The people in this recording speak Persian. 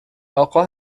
آقا